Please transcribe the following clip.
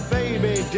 baby